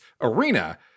Arena